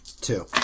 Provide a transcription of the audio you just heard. two